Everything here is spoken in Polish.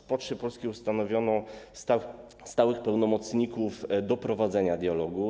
W Poczcie Polskiej ustanowiono stałych pełnomocników do prowadzenia dialogu.